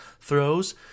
throws